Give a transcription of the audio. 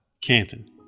Canton